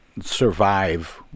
survive